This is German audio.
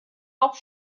auch